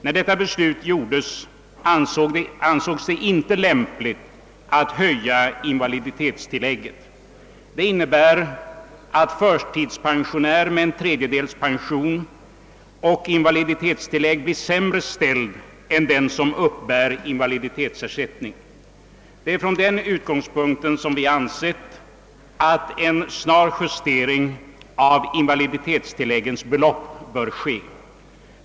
När detta beslut fattades ansågs det inte lämpligt att höja invaliditetstillägget. Detta innebär att förtidspensionär med en tredjedels pension och invaliditetstillägg blir sämre ställd än den som uppbär invaliditetsersättning. Med detta som utgångspunkt har vi ansett, att en snar justering av invaliditetstilläggens storlek bör ske.